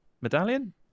medallion